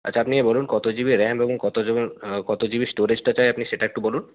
আচ্ছা আপনি বলুন কত জি বি র্যাম এবং কত জি বি কত জি বি স্টোরেজটা চাই আপনি সেটা একটু বলুন